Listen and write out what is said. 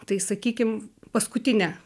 tai sakykim paskutinė